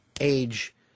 age